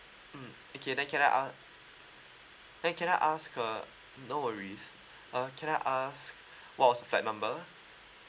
mm okay then can I ask then can I ask uh no worries uh can I ask what was the flight number